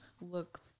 look